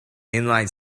inline